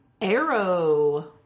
Arrow